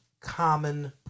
common